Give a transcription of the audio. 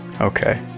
Okay